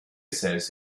says